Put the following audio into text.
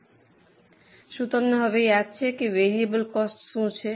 તેથી શું તમને હવે યાદ છે કે વેરિયેબલ કોસ્ટ શું છે